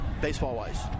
baseball-wise